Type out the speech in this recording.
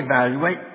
evaluate